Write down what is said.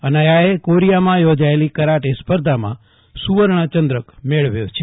હનાયાએ કોરીયામાં યોજાયેલી કરાટે સ્પર્ધામાં સુવર્ણ ચંદ્રક મેળવ્યો છે